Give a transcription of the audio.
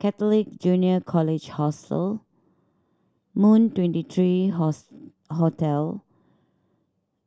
Catholic Junior College Hostel Moon Twenty three Hotel